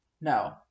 No